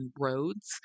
roads